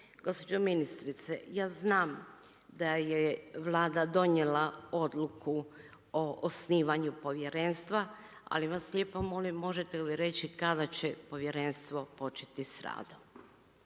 Gospođo ministrice, ja znam da je Vlada donijela Odluku o osnivanju povjerenstva, ali vas lijepo molim, možete li reći kada će povjerenstvo početi sa radom?